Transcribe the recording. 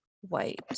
white